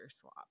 swap